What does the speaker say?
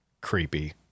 creepy